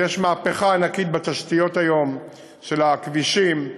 ויש היום מהפכה ענקית בתשתיות, של הכבישים,